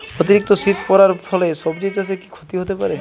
অতিরিক্ত শীত পরার ফলে সবজি চাষে কি ক্ষতি হতে পারে?